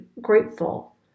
grateful